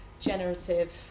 generative